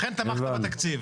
לכן תמכת בתקציב.